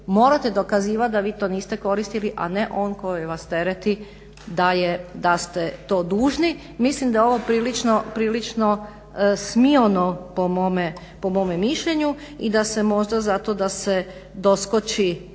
morate dokazivati da to niste koristili, a ne on koji vas tereti da ste to dužni. Mislim da je ovo prilično smiono po mome mišljenju i da se možda zato da se doskoči